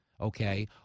okay